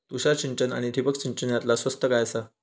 तुषार सिंचन आनी ठिबक सिंचन यातला स्वस्त काय आसा?